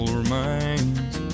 remains